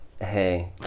Hey